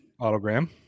Autogram